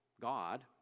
God